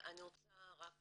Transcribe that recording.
אני רוצה רק